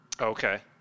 Okay